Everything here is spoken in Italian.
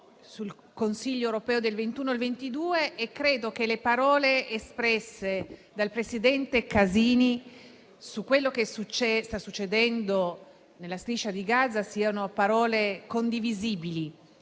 sul Consiglio europeo del 21 e 22 marzo e credo che le parole espresse dal presidente Casini su quanto sta succedendo nella Striscia di Gaza siano condivisibili;